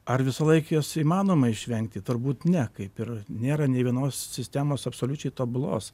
ar visąlaik juos įmanoma išvengti turbūt ne kaip ir nėra nė vienos sistemos absoliučiai tobulos